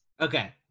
Okay